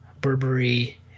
burberry